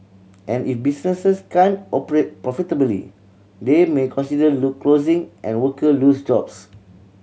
and if businesses can't operate profitably they may consider closing and worker lose jobs